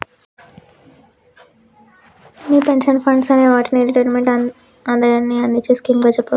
మీ pension funds అనే వాటిని retirement ఆదాయాన్ని అందించే స్కీమ్ గా చెప్పవచ్చు